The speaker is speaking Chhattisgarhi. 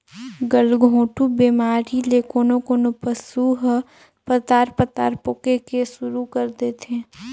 गलघोंटू बेमारी ले कोनों कोनों पसु ह पतार पतार पोके के सुरु कर देथे